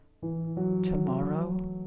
tomorrow